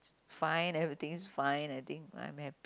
fine everything is fine I think I'm happy